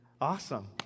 Awesome